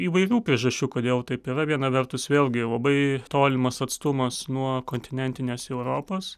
įvairių priežasčių kodėl taip yra viena vertus vėlgi labai tolimas atstumas nuo kontinentinės europos